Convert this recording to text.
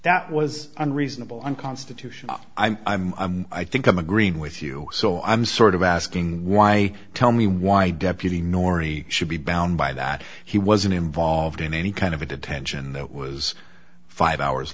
that was unreasonable unconstitutional i'm i think i'm agreeing with you so i'm sort of asking why tell me why deputy nori should be bound by that he wasn't involved in any kind of a detention that was five hours